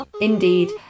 Indeed